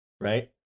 right